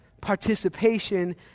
Participation